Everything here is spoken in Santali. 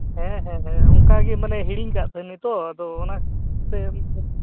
ᱦᱮᱸ ᱦᱮᱸ ᱦᱮᱸ ᱚᱱᱠᱟ ᱜᱮ ᱢᱟᱱᱮ ᱦᱤᱲᱤᱧ ᱟᱠᱟᱫ ᱛᱟᱦᱮᱱᱟᱹᱧ ᱛᱚ ᱟᱫᱚ ᱚᱱᱟ ᱠᱷᱟᱹᱛᱤᱨ ᱛᱮ